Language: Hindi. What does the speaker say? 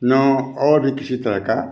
न और भी किसी तरह का